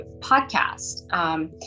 podcast